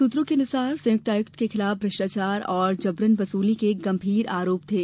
सूत्रों के अनुसार संयुक्त आयुक्त के खिलाफ भ्रष्टाचार और जबरन वसूली के गम्भीर आरोप थे